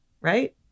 right